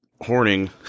horning